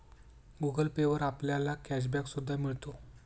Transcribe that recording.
Google Pay वर आपल्याला cash back सुद्धा मिळतो